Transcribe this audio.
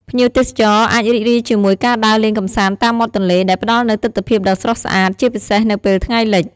ភ្ញៀវទេសចរអាចរីករាយជាមួយការដើរលេងកម្សាន្តតាមមាត់ទន្លេ ដែលផ្តល់នូវទិដ្ឋភាពដ៏ស្រស់ស្អាត ជាពិសេសនៅពេលថ្ងៃលិច។